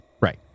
Right